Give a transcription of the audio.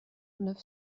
neuf